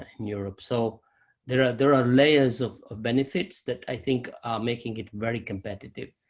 in europe, so there are there are layers of of benefits that i think are making it very competitive.